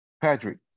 Patrick